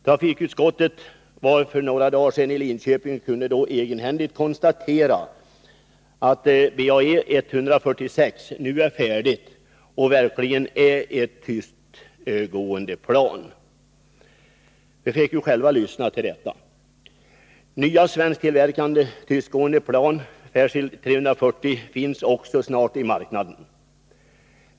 Trafikutskottet var för några dagar sedan i Linköping, och vi kunde med egna ögon konstatera att BAe 146 nu är färdigt och verkligen är ett tystgående plan. Vi fick ju själva lyssna. Nya svensktillverkade tystgående plan, Saab-Fairchild 340, finns också snart i marknaden.